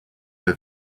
for